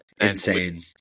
Insane